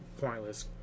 pointless